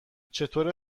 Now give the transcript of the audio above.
چطوره